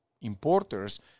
importers